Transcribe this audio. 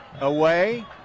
Away